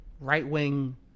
right-wing